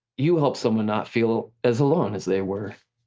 you helped someone not feel as alone as they were.